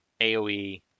AoE